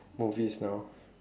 movies now